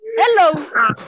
Hello